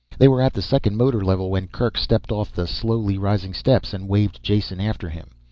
they were at the second motor level when kerk stepped off the slowly rising steps and waved jason after him.